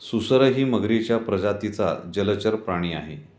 सुसरही मगरीच्या प्रजातीचा जलचर प्राणी आहे